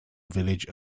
village